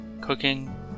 cooking